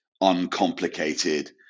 uncomplicated